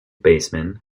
baseman